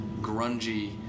grungy